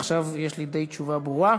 ועכשיו יש לי תשובה די ברורה.